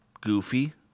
Goofy